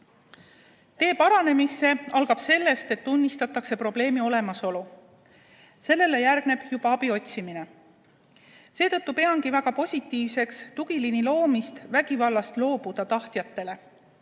Tee paranemise poole algab sellest, et tunnistatakse probleemi olemasolu. Sellele järgneb juba abi otsimine. Seetõttu peangi väga positiivseks tugiliini loomist vägivallast loobuda tahtjatele.